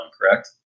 correct